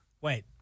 Wait